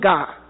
God